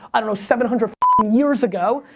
i don't know, seven hundred years ago.